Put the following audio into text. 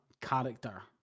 character